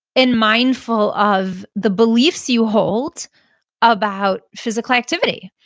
and mindful of the beliefs you hold about physical activity.